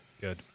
Good